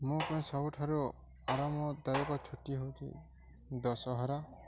ମୋ ପାଇଁ ସବୁଠାରୁ ଆରମ୍ଭଦାୟକ ଛୁଟି ହେଉଛି ଦଶହରା